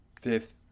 fifth